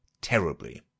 terribly